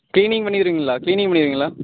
cleaning பண்ணிடுவீங்களா cleaning பண்ணிடுவீங்களா